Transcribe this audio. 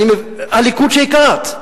הליכוד שהכרת,